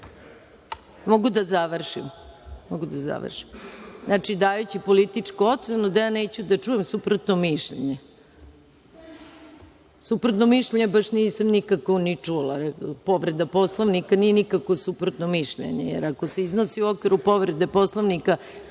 li da završim? Dajući političku ocenu da ja neću da čujem suprotno mišljenje. Suprotno mišljenje baš nisam nikakvo ni čula. Povreda Poslovnika nije nikakvo suprotno mišljenje, jer ako se iznosi u okviru povrede Poslovnika